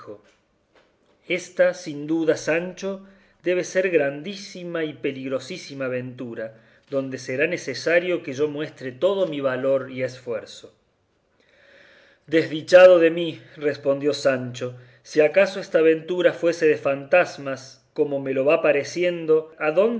ésta sin duda sancho debe de ser grandísima y peligrosísima aventura donde será necesario que yo muestre todo mi valor y esfuerzo desdichado de mí respondió sancho si acaso esta aventura fuese de fantasmas como me lo va pareciendo